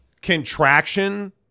contraction